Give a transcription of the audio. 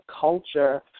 culture